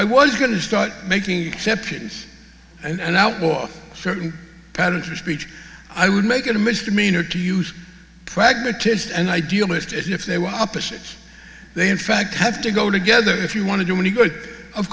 i was going to start making exceptions and outlaw certain parents or speech i would make it a misdemeanor to use pragmatist an idealist if they were opposites they in fact have to go together if you want to do any good of